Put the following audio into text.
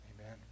Amen